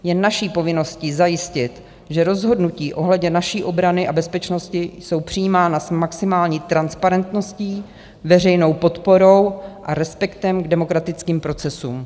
Je naší povinností zajistit, že rozhodnutí ohledně naší obrany a bezpečnosti jsou přijímána s maximální transparentností, veřejnou podporou a respektem k demokratickým procesům.